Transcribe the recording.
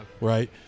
right